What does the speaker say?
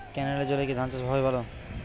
ক্যেনেলের জলে কি ধানচাষ ভালো হয়?